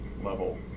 level